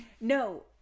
No